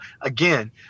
again